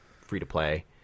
free-to-play